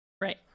Right